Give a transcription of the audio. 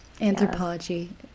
Anthropology